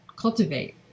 cultivate